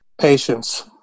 Patience